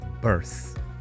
birth